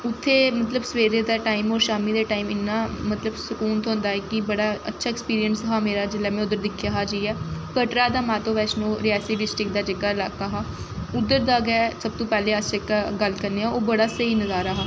उत्थै मतलब सवेरे दे टाइम होर शामी दे टाइम इन्ना मतलब सकून थ्होंदा ऐ कि बड़ा अच्छा ऐक्सपिरिंस हा मेरा जिल्लै में उद्धर दिक्खेआ हा जाइयै कटरा दा माता बैष्णो रियासी डिस्टिक दा जेह्का इलाका हा उद्धर दा गै सब तों पैह्ले अस जेह्का गल्ल करने आं ओह् बड़ा स्हेई नजारा हा